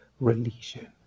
religion